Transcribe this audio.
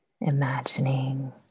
Imagining